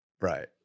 right